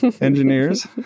engineers